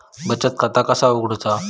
बचत खाता कसा उघडूचा?